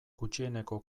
gutxieneko